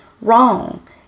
wrong